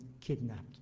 kidnapped